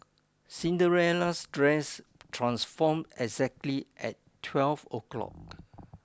Cinderella's dress transformed exactly at twelve o'clock